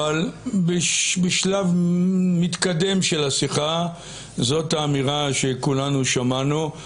אבל בשלב מתקדם של השיחה זאת האמירה שכולנו שמענו.